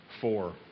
four